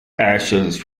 ashes